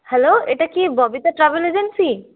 hello এটা কি Babita travel agency